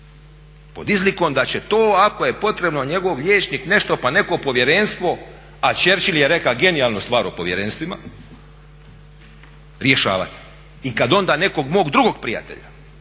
pod izlikom da će to ako je potrebno njegov liječnik nešto pa neko povjerenstvo, a Churchill je rekao genijalnu stvar o povjerenstvima, rješavati. I kad onda nekog mog drugog prijatelja